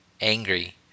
angry